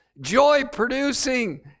joy-producing